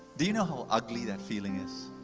do you know how ugly that feeling is?